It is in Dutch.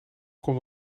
komt